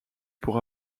pour